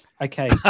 Okay